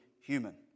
human